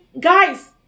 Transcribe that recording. guys